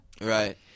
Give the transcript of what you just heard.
Right